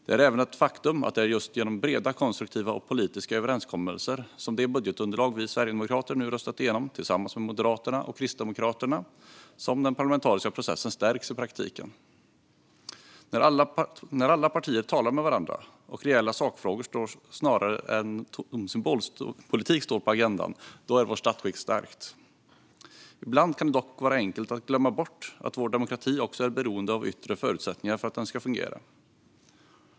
Det är även ett faktum att det är genom just breda, konstruktiva politiska överenskommelser, som det budgetunderlag vi sverigedemokrater nu har röstat igenom tillsammans med Moderaterna och Kristdemokraterna, som den parlamentariska processen stärks i praktiken. När alla partier talar med varandra och reella sakfrågor snarare än tom symbolpolitik får stå på agendan är vårt statsskick starkt. Ibland kan det dock vara enkelt att glömma bort att vår demokrati också är beroende av yttre förutsättningar för att den ska fungera.